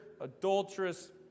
adulterous